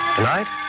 Tonight